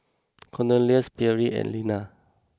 Cornelius Pierre and Linna